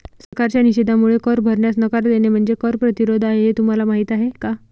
सरकारच्या निषेधामुळे कर भरण्यास नकार देणे म्हणजे कर प्रतिरोध आहे हे तुम्हाला माहीत आहे का